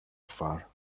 far